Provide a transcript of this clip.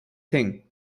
thing